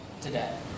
today